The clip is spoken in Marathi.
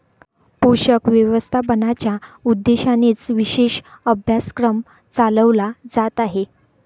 पोषक व्यवस्थापनाच्या उद्देशानेच विशेष अभ्यासक्रम चालवला जात आहे